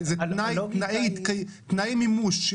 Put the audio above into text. זה תנאי מימוש.